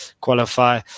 qualify